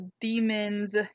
demons